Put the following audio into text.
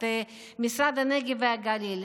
את משרד הנגב והגליל,